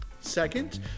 Second